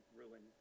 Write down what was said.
ruin